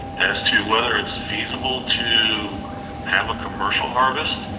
as to whether it's feasible to have a commercial harvest